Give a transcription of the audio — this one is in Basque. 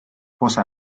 poza